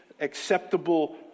acceptable